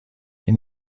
این